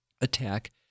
attack